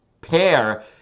pair